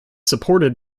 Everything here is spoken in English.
supported